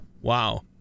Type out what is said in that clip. Wow